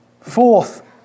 fourth